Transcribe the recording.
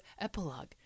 epilogue